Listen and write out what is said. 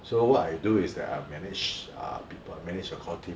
so what I do is that I manage uh people manage the core team